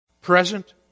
present